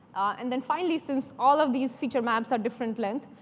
and then finally, since all of these feature maps are different length,